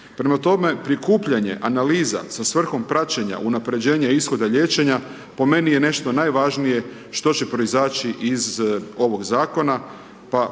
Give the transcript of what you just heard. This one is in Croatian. Prema tome, prikupljanje, analiza sa svrhom praćenja, unapređenja ishoda liječenja, po meni je nešto najvažnije što će proizaći iz ovog Zakona, pa unatoč